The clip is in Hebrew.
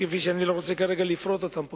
ואני לא רוצה כרגע לפרט אותם פה,